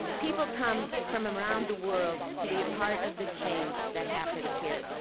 people come from around the world to be part of the change that happens here,